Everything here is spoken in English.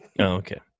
okay